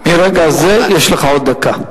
יש לך עוד דקה.